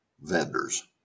vendors